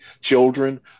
children